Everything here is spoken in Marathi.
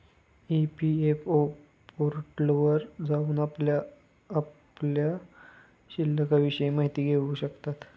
ई.पी.एफ.ओ पोर्टलवर जाऊन आपण आपल्या शिल्लिकविषयी माहिती करून घेऊ शकता